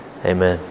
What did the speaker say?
Amen